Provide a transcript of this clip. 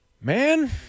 man